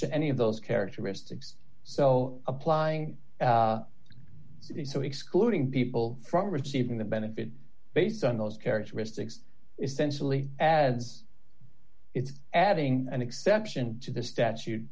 to any of those characteristics so applying it so excluding people from receiving the benefit based on those characteristics essentially as it's adding an exception to the statute